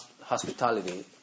hospitality